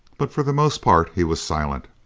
but for the most part he was silent.